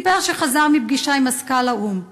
הוא סיפר שחזר מפגישה עם מזכ"ל האו"ם.